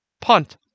punt